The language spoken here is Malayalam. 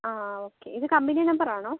ആ ആ ഓക്കേ ഇത് കമ്പനി നമ്പർ ആണോ